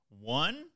One